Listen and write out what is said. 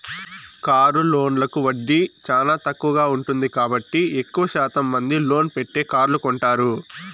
car లోన్లకు వడ్డీ చానా తక్కువగా ఉంటుంది కాబట్టి ఎక్కువ శాతం మంది లోన్ పెట్టే కార్లు కొంటారు